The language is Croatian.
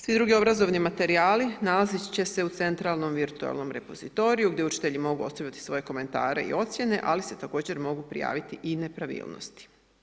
Svi drugi obrazovni materijali nalaziti će se u centralnom i virtualnom repozitoriju gdje učitelji mogu ostaviti svoje komentare i ocjene ali se također mogu prijaviti i nepravilnosti.